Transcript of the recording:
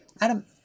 Adam